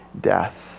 Death